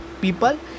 people